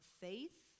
faith